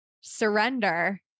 surrender